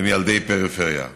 ילדי פריפריה.